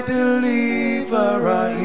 Deliverer